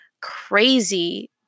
crazy